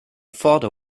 father